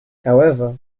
however